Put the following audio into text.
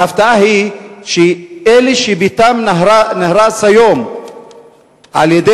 וההפתעה היא שאלה שביתם נהרס היום על-ידי